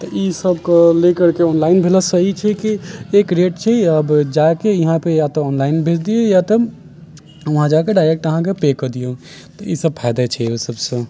तऽ ई सबके ले करके ऑनलाइन भेला से ई छै कि एक रेट छै अब जाके यहाँ पे या तऽ ऑनलाइन भेज दिऔ वहाँ जाके डाइरेक्ट अहाँकेँ पे कऽ दिऔ तऽ ई सब फायदा छै ओहि सबसे